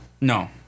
No